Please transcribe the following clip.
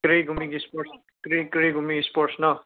ꯀꯔꯤꯒꯨꯝꯕꯒꯤ sports ꯀꯔꯤ ꯀꯔꯤꯒꯨꯝꯕꯒꯤ ꯏꯁꯄꯣꯔꯠꯁꯅꯣ